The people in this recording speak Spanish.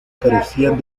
carecían